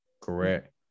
correct